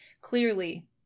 clearly